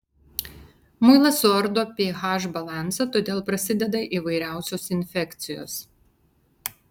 muilas suardo ph balansą todėl prasideda įvairiausios infekcijos